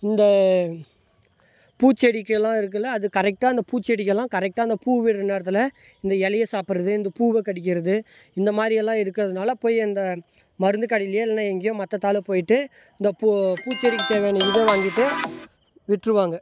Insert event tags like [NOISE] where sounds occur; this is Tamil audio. இந்த பூச்செடிக்கெல்லாம் இருக்கில்ல அது கரெட்டாக அந்த பூச்செடிக்கெல்லாம் கரெட்டாக அந்த பூ விடுகிற நேரத்தில் இந்த இலைய சாப்பிட்றது இந்த பூவை கடிக்கிறது இந்த மாதிரி எல்லாம் இருக்கிறதுனால போய் அந்த மருந்து கடையிலையோ இல்லைனா எங்கேயோ மற்ற [UNINTELLIGIBLE] போயிட்டு இந்த பூ பூச்செடிக்கு தேவையான இதை வாங்கிட்டு விட்டுருவாங்க